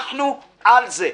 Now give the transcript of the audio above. אנחנו על זה.